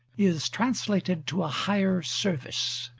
is translated to a higher service,